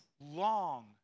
long